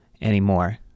anymore